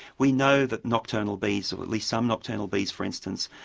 we know that nocturnal bees, or at least some nocturnal bees for instance,